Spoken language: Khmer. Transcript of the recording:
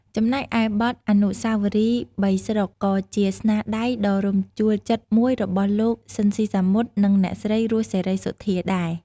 ចំណែកឯបទ អនុស្សាវរីយ៍បីស្រុក ក៏ជាស្នាដៃដ៏រំជួលចិត្តមួយរបស់លោក ស៊ីន ស៊ីសាមុត និងអ្នកស្រី រស់ សេរីសុទ្ធាដែរ។